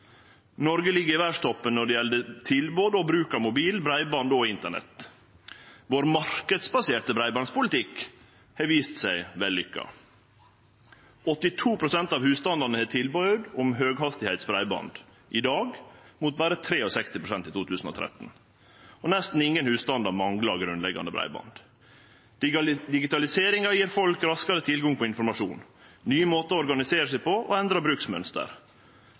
Noreg ligg i verdstoppen når det gjeld tilbod og bruk av mobil, breiband og internett. Vår marknadsbaserte breibandspolitikk har vist seg vellykka. 82 pst. av husstandane har tilbod om høghastigheitsbreiband i dag, mot berre 63 pst. i 2013. Nesten ingen husstandar manglar grunnleggjande breiband. Digitaliseringa gjev folk raskare tilgang på informasjon, nye måtar å organisere seg på og endra bruksmønster.